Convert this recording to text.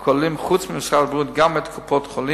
הכוללים חוץ ממשרד הבריאות גם את קופות-החולים,